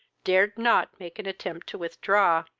dared not make an attempt to withdraw,